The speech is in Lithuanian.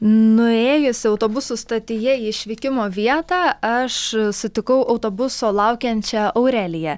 nuėjusi autobusų stotyje į išvykimo vietą aš sutikau autobuso laukiančią aureliją